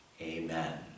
Amen